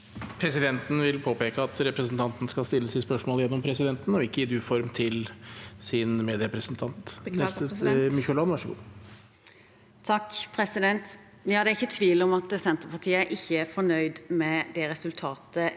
Presidenten vil påpeke at representanten skal stille sitt spørsmål gjennom presidenten og ikke i «du»-form til sin medrepresentant. Gro-Anita Mykjåland (Sp) Det er ikke tvil om at Senterpartiet ikke er fornøyd med resultatet